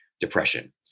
depression